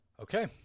Okay